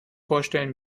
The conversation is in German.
vorstellen